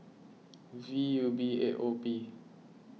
V U B eight O P